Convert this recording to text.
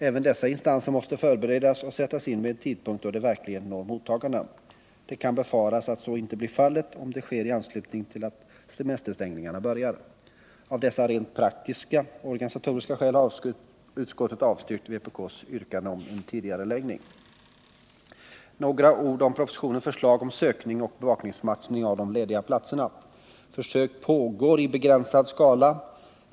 Även dessa insatser måste förberedas och sättas in vid en tidpunkt då de verkligen når mottagarna. Det kan befaras att så inte blir fallet, om det sker i anslutning till att semesterstängningarna börjar. Av dessa rent praktiska och organisatoriska skäl har utskottet avstyrkt vpk:s yrkande om tidigareläggning. Några ord om propositionens förslag om sökning och bevakningsmatchning av lediga platser. Försök pågår i begränsad skala.